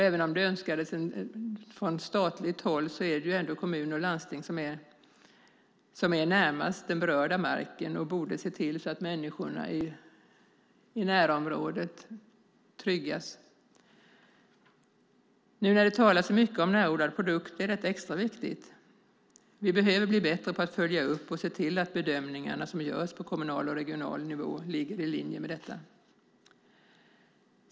Även om det önskades från statligt håll är det ändå kommuner och landsting som är närmast den berörda marken och borde se till att människorna i närområdet tryggas. Nu när det talas så mycket om närodlade produkter är detta extra viktigt. Vi behöver bli bättre på att följa upp och se till att bedömningarna som görs på kommunal och regional nivå ligger i linje med detta.